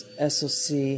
SOC